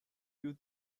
use